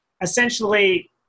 essentially